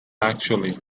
actually